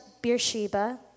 Beersheba